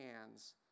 hands